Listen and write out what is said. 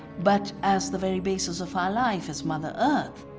but as the very basis of our life, as mother earth.